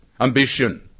ambition